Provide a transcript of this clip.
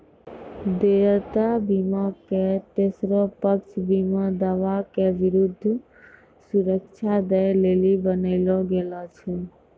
देयता बीमा के तेसरो पक्ष बीमा दावा के विरुद्ध सुरक्षा दै लेली बनैलो गेलौ छै